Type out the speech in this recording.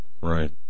Right